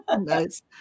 Nice